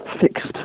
fixed